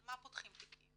על מה פותחים תיקים,